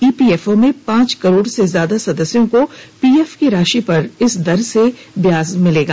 EPFO में पांच करोड़ से ज्यादा सदस्यों को पीएफ की राशि पर इस दर से ब्याज मिलेगा